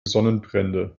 sonnenbrände